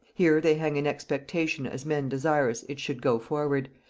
here they hang in expectation as men desirous it should go forward,